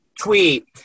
tweet